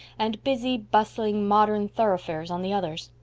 and busy, bustling, modern thoroughfares on the others.